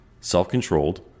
self-controlled